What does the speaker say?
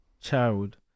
child